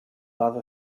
other